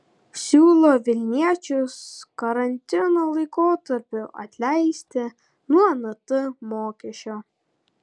siūlo vilniečius karantino laikotarpiu atleisti nuo nt mokesčio